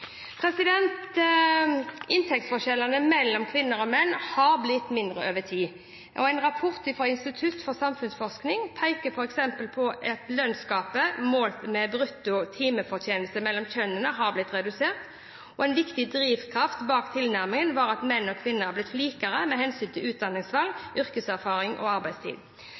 Inntektsforskjellene mellom kvinner og menn har blitt mindre over tid. En rapport fra Institutt for samfunnsforskning peker f.eks. på at lønnsgapet målt ved brutto timefortjeneste mellom kjønnene har blitt redusert. En viktig drivkraft bak tilnærmingen har vært at menn og kvinner har blitt likere med hensyn til utdanningsvalg, yrkeserfaring og arbeidstid.